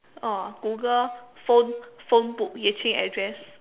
oh Google phone phonebook Yue-Qing address